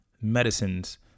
medicines